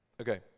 Okay